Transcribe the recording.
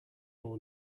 all